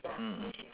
mm mm mm